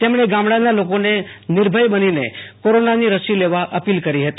તેમણે ગામડાના લોકોને નિર્ભય બનીને કોરોનાની રસી લેવા અપીલ કરી હતી